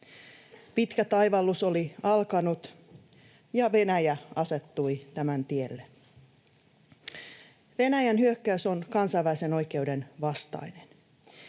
Pitkä taivallus oli alkanut, ja Venäjä asettui tämän tielle. Venäjän hyökkäys on kansainvälisen oikeuden vastainen.